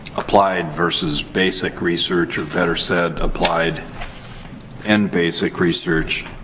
applied versus basic research. or, better said, applied and basic research.